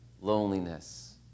loneliness